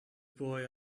boy